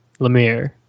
Lemire